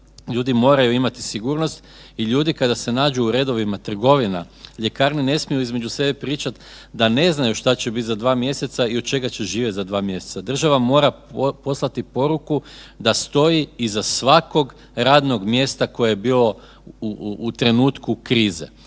Ljudi moraju imati sigurnost i ljudi kada se nađu u redovima trgovina, ljekarne ne smiju između sebe pričati da ne znaju šta će biti za 2 mjeseca i od čega će živjeti za 2 mjeseca. Država mora poslati poruku da stoji iza svakog radnog mjesta koje je bilo u trenutku krize.